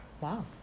Wow